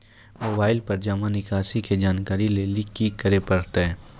Mobile पर जमा निकासी के जानकरी लेली की करे परतै?